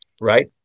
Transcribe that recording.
right